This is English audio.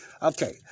Okay